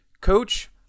Coach